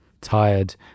tired